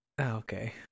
Okay